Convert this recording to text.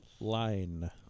Line